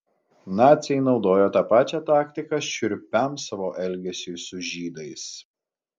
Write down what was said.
naciai naudojo tą pačią taktiką šiurpiam savo elgesiui su žydais